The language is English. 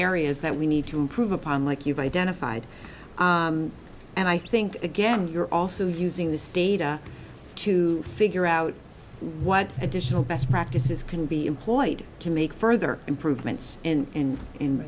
areas that we need to improve upon like you've identified and i i think again you're also using this data to figure out what additional best practices can be employed to make further improvements and in